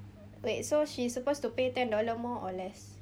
wait so she's supposed to pay ten dollar more or less